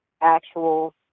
actual